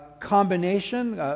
combination